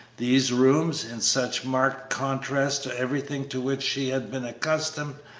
these rooms, in such marked contrast to everything to which she had been accustomed,